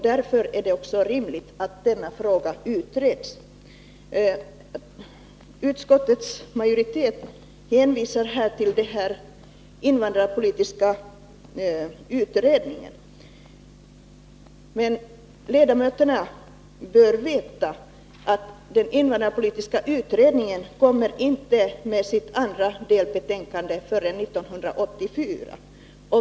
Därför är det också rimligt att denna fråga utreds. Utskottets majoritet hänvisar här till den invandrarpolitiska utredningen, men ledamöterna bör veta att den utredningen inte kommer med sitt andra delbetänkande förrän 1984.